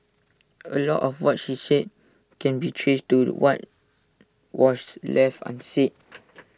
A lot of what she said can be traced to what was left unsaid